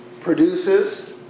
produces